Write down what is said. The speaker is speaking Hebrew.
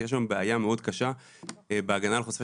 יש שם בעיה מאוד קשה בהגנה על חושפי